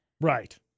Right